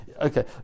okay